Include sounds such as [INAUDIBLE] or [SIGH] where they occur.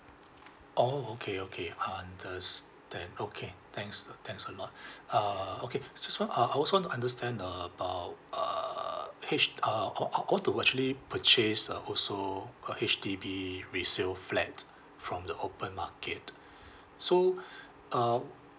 oh okay okay understand okay thanks a thanks a lot [BREATH] uh okay s~ so uh I also want to understand about [NOISE] H ah oh ah I want to actually purchase uh also a H_D_B resale flat from the open market [BREATH] so [BREATH] uh